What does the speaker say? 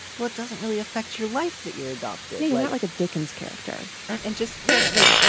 well it doesn't really affect your life that you're adopted anyway. like a dickens character and and just yeah. like